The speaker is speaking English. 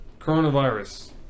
coronavirus